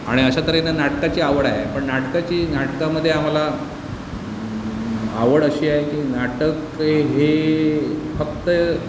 आणि अशातऱ्हेनं नाटकाची आवड आहे पण नाटकाची नाटकामध्ये आम्हाला आवड अशी आहे की नाटक हे फक्त